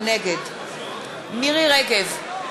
נגד מירי רגב,